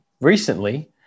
recently